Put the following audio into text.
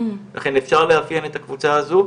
לכן אפשר לאפיין את הקבוצה הזו.